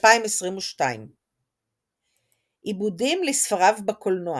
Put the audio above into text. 2022 עיבודים לספריו בקולנוע